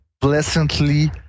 pleasantly